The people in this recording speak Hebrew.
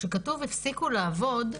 כשכתוב "הפסיקו לעבוד"